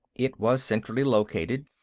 it was centrally located,